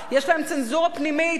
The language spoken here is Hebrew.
יש להם צנזורה פנימית,